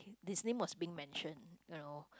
his name was being mention you know